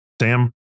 Sam